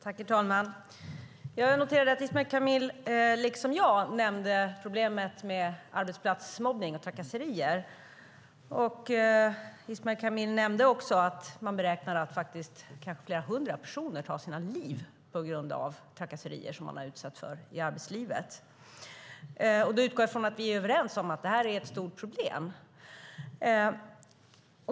Herr talman! Jag noterade att Ismail Kamil, liksom jag, nämnde problemet med arbetsplatsmobbning och trakasserier. Ismail Kamil nämnde också att kanske flera hundra personer beräknas ta sina liv på grund av trakasserier som de har blivit utsatta för i arbetslivet. Då utgår jag ifrån att vi är överens om att detta är ett stort problem.